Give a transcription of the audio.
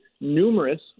numerous